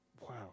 Wow